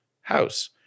house